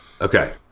Okay